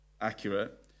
accurate